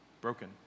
broken